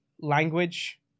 language